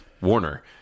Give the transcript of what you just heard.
warner